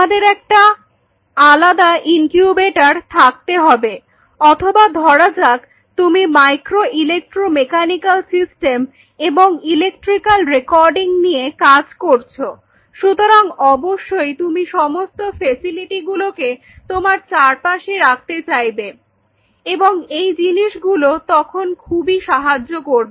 আমাদের একটা আলাদা ইনকিউবেটর থাকতে হবে অথবা ধরা যাক তুমি মাইক্রো ইলেকট্রো মেকানিক্যাল সিস্টেম এবং ইলেকট্রিক্যাল রেকর্ডিং নিয়ে কাজ করছো সুতরাং অবশ্যই তুমি সমস্ত ফেসিলিটি গুলোকে তোমার চারপাশে রাখতে চাইবে এবং এই জিনিসগুলো তখন খুবই সাহায্য করবে